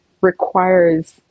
requires